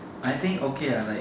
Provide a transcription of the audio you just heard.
I think okay ah like